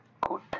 good